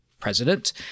president